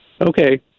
Okay